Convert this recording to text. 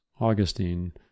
augustine